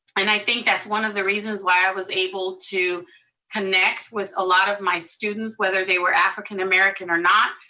and i think that's one of the reasons why i was able to connect with a lot of my students, whether they were african american or not,